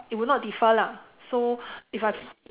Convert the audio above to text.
it will not differ lah so if I